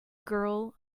girl